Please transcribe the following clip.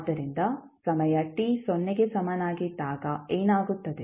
ಆದ್ದರಿಂದ ಸಮಯ t ಸೊನ್ನೆಗೆ ಸಮನಾಗಿದ್ದಾಗ ಏನಾಗುತ್ತದೆ